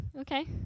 okay